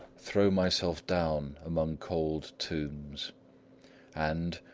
throw myself down among cold tombs and,